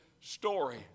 story